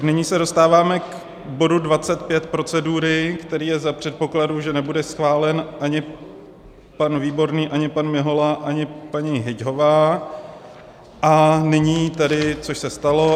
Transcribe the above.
Nyní se dostáváme k bodu 25 procedury, který je za předpokladu, že nebude schválen ani pan Výborný, ani pan Mihola, ani paní Hyťhová, což se stalo.